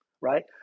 right